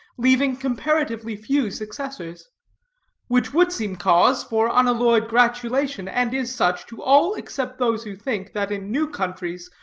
leaving comparatively few successors which would seem cause for unalloyed gratulation, and is such to all except those who think that in new countries,